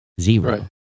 Zero